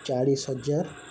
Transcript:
ଚାଳିଶି ହଜାର